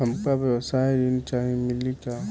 हमका व्यवसाय ऋण चाही मिली का?